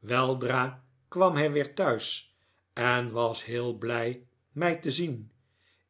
weldra kwam hij weer thuis en was heel blij mij te zien